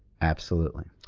absolutely.